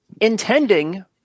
intending